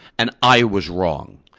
and i was wrong.